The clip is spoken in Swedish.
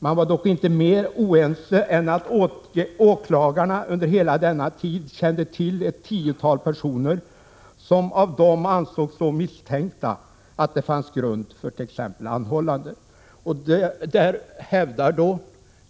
Man var dock inte mer oense än att åklagarna under hela denna tid kände till ett tiotal personer som av dem ansågs så misstänkta att det fanns grund för t.ex. anhållanden.